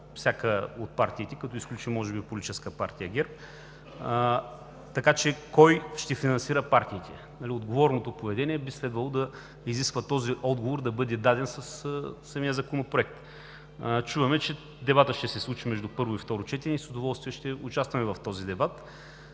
всяка от партиите, като изключим може би Политическа партия ГЕРБ, така че: кой ще финансира партиите? Отговорното поведение би следвало да изисква този отговор да бъде даден от Законопроекта. Чуваме, че дебатът ще се случи между първо и второ четене и ние с удоволствие ще участваме в този дебат,